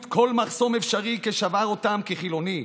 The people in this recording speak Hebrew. כל מחסום אפשרי כשעבר אותם כחילוני,